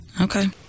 Okay